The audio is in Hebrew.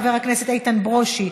חבר הכנסת איתן ברושי,